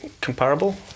comparable